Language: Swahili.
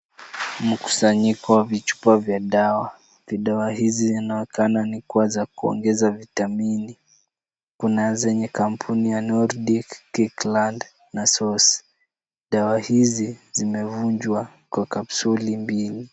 Mkusanyiko wa vichupa vya dawa, dawa hizi zinaonekana ni kuwa za kuongeza vitamini. Kuna za kampuni ya Nurdik, Kikland na Source. Dawa hizi zinavunjwa kwa kapsuli[cs ] mbili.